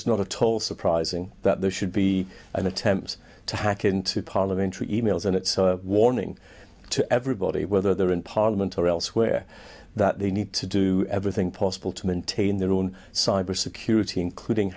it's not a toll surprising that there should be an attempt to hack into parliamentary e mails and it's a warning to everybody whether they're in parliament or elsewhere that they need to do everything possible to maintain their own cyber security including